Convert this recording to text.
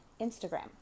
Instagram